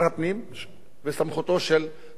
ובסמכותו של שר האנרגיה והמים.